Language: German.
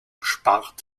spart